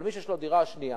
אבל מי שיש לו דירה שנייה